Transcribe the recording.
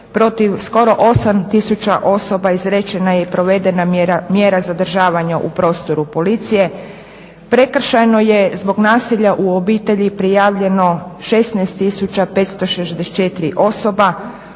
protiv skoro 8 tisuća osoba izrečena je i provedena mjera zadržavanja u prostoru Policije, prekršajno je zbog nasilja u obitelji prijavljeno 16 564 osoba,